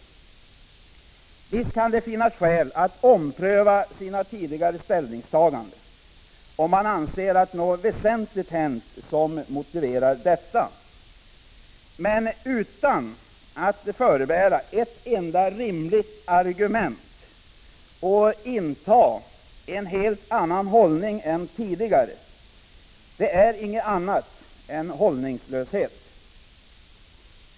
12 december 1985 Visst kan det finnas skäl att ompröva sina tidigare ställningstaganden, om == K ä NG Å Ändrad beskattning av man anser att något väsentligt hänt som motiverar detta. Men att utan att I 8asoi förebära ett enda rimligt argument inta en helt annan hållning än tidigare är inget annat än hållningslöshet.